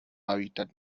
hábitat